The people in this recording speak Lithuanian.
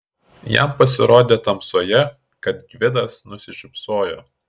jam pasirodė tamsoje kad gvidas nusišypsojo